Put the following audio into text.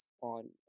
on